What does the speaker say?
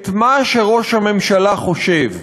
את מה שראש הממשלה חושב.